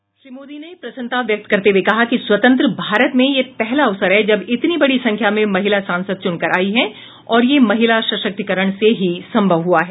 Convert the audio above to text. नरेन्द्र मोदी ने प्रसन्नता व्यक्त करते हुए कहा कि स्वतंत्र भारत में यह पहला अवसर है जब इतनी बड़ी संख्या में महिला सांसद चुनकर आई हैं और ये महिला सशक्तिकरण से ही संभव हुआ है